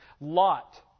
Lot